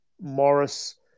Morris